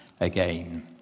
again